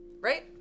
Right